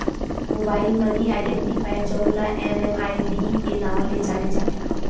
mobile money identifier जउन ल MMID के नांव ले जाने जाथे